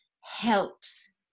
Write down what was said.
helps